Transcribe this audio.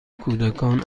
کودکان